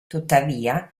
tuttavia